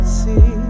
see